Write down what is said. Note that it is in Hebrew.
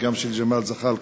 וגם של ג'מאל זחאלקה: